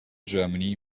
germany